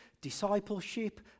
discipleship